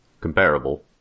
comparable